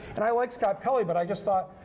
and i like scott pelley, but i just thought,